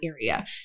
area